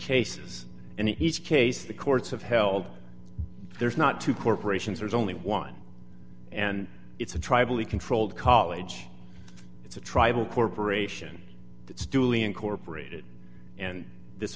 cases and he's case the courts have held there's not to corporations there's only one and it's a tribally controlled college it's a tribal corporation it's duly incorporated and this